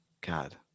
God